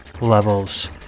levels